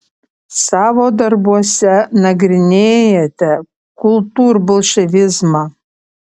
savo darbuose nagrinėjate kultūrbolševizmą